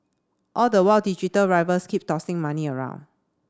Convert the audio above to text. all the while digital rivals keep tossing money around